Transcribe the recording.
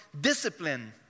discipline